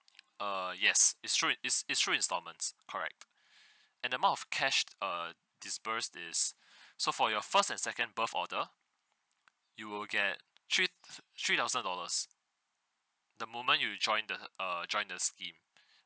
err yes it's through it's it's through installments correct and the amount of cash err disperse is so for your first and second birth order you will get three three thousand dollars the moment you join the err join the scheme